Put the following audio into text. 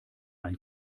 ein